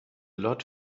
lot